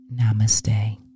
Namaste